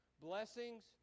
blessings